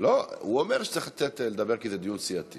לי לא מחכים אף פעם.